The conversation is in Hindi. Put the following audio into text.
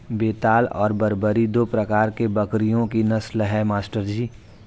बेताल और बरबरी दो प्रकार के बकरियों की नस्ल है मास्टर जी